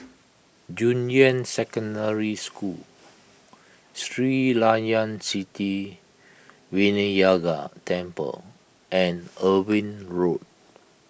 Junyuan Secondary School Sri Layan Sithi Vinayagar Temple and Irving Road